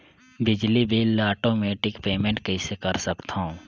बिजली बिल ल automatic payment कइसे कर सकथव?